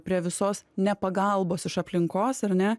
prie visos ne pagalbos iš aplinkos ar ne